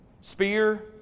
spear